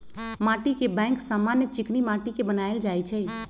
माटीके बैंक समान्य चीकनि माटि के बनायल जाइ छइ